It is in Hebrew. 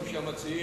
כפי שאמרו המציעים,